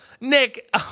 Nick